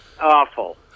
Awful